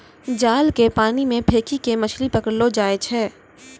जाल के पानी मे फेकी के मछली पकड़लो जाय छै